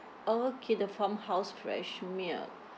okay the farmhouse fresh milk